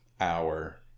hour